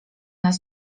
nas